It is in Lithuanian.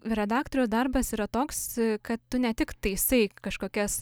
redaktorio darbas yra toks kad tu ne tik taisai kažkokias